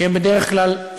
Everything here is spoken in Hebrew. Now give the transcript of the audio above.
שהם בדרך כלל,